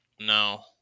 No